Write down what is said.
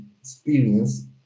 experience